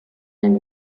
and